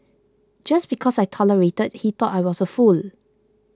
just because I tolerated he thought I was a fool